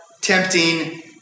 tempting